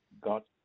got